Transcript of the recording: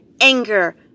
anger